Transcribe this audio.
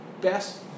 best